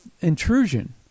intrusion